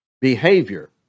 behavior